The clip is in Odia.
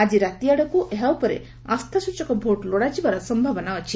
ଆଜି ରାତି ଆଡକୁ ଏହା ଉପରେ ଆସ୍ଥାସଚକ ଭୋଟ ଲୋଡାଯିବାର ସମ୍ଭାବନା ଅଛି